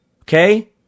Okay